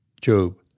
Job